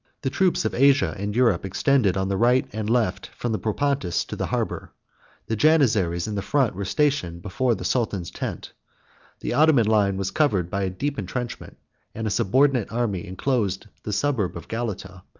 the troops of asia and europe extended on the right and left from the propontis to the harbor the janizaries in the front were stationed before the sultan's tent the ottoman line was covered by a deep intrenchment and a subordinate army enclosed the suburb of galata,